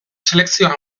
selekzioan